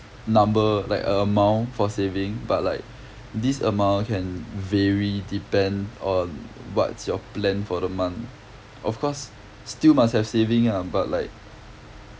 number like a amount for saving but like this amount can vary depend on what's your plan for the month of course still must have saving lah but like